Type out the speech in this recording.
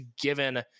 given